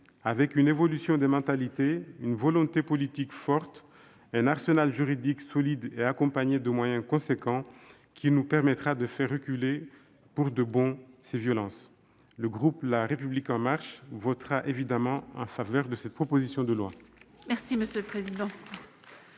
d'une évolution des mentalités, d'une volonté politique forte, d'un arsenal juridique solide accompagné de moyens importants qui nous permettra de faire reculer pour de bon ces violences. Le groupe La République En Marche votera naturellement en faveur de cette proposition de loi. La parole est